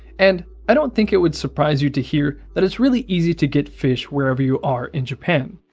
and i don't think it would surprise you to hear that it's really easy to get fish wherever you are in japan.